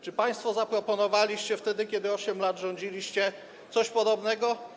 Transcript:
Czy państwo zaproponowaliście wtedy, kiedy 8 lat rządziliście, coś podobnego?